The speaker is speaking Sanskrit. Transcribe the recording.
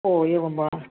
ओ एवं वा